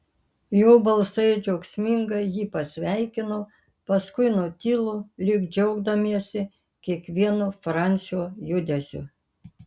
jo balsai džiaugsmingai jį pasveikino paskui nutilo lyg džiaugdamiesi kiekvienu francio judesiu